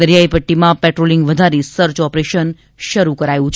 દરિયાઇ પટ્ટીમાં પેટ્રોલિંગ વધારી સર્ચ ઓપરેશન શરૂ કરાયું છે